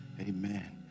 Amen